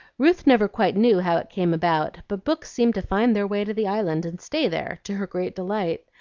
ruth never quite knew how it came about, but books seemed to find their way to the island and stay there, to her great delight.